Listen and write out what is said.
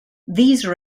these